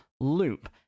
loop